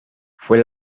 fue